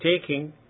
taking